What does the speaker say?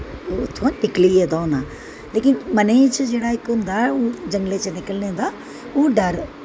उत्थुआं दा निकली गेदा होना लेकिन मने च जेह्ड़ा इक होंदा जंगलें च निकलने दा ओह् डर